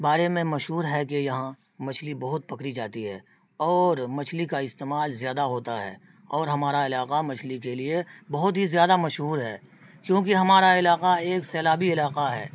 بارے میں مشہور ہے کہ یہاں مچھلی بہت پکڑی جاتی ہے اور مچھلی کا استعمال زیادہ ہوتا ہے اور ہمارا علاقہ مچھلی کے لیے بہت ہی زیادہ مشہور ہے کیونکہ ہمارا علاقہ ایک سیلابی علاقہ ہے